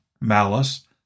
malice